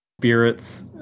spirits